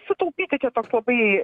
sutapyti čia toks labai